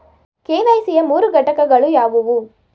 KYC ಯ ಮೂರು ಘಟಕಗಳು ಯಾವುವು?